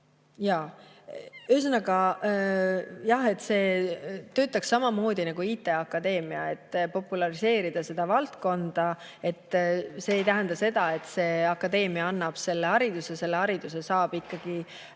Ühesõnaga jah, et see töötaks samamoodi nagu IT Akadeemia [programm] ja populariseeriks seda valdkonda. See ei tähenda seda, et see akadeemia annab selle hariduse. Selle hariduse saab ikkagi